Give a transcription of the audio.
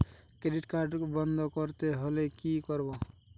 Credit card বন্ধ করতে হলে কি করব?